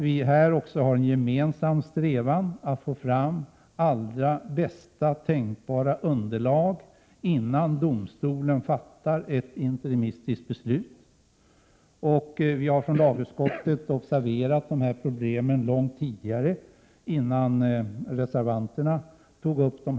Vi har här en gemensam strävan att få fram bästa tänkbara underlag innan domstolen fattar ett interimistiskt beslut. Vi har i lagutskottet observerat dessa problem långt innan reservanterna tog upp dem.